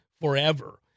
forever